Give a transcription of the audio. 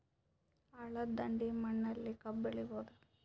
ಹಳ್ಳದ ದಂಡೆಯ ಮಣ್ಣಲ್ಲಿ ಕಬ್ಬು ಬೆಳಿಬೋದ?